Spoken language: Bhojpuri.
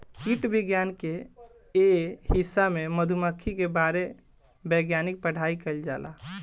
कीट विज्ञान के ए हिस्सा में मधुमक्खी के बारे वैज्ञानिक पढ़ाई कईल जाला